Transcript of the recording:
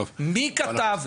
מי כתב?